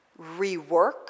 rework